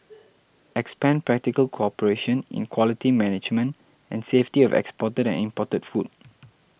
expand practical cooperation in quality management and safety of exported and imported food